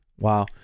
Wow